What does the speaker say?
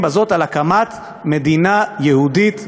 בזאת על הקמת מדינה יהודית בארץ-ישראל,